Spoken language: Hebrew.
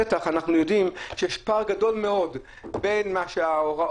אבל בשטח אנחנו יודעים שיש פער גדול מאוד בין ההוראות